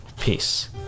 Peace